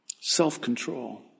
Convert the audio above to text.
self-control